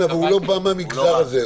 כן, אבל הוא לא בא מהמגזר הזה.